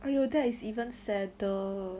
!aiyo! that is even sadder